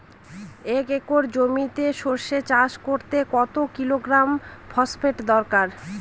এক একর জমিতে সরষে চাষ করতে কত কিলোগ্রাম ফসফেট দরকার?